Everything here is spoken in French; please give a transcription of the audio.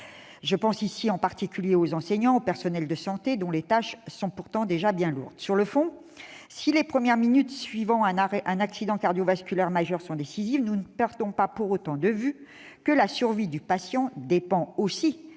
je pense en particulier aux enseignants et au personnel de santé, dont les tâches sont pourtant déjà bien lourdes. Sur le fond, si les premières minutes suivant un accident cardiovasculaire majeur sont décisives, nous ne perdons pour autant pas de vue que la survie du patient dépend aussi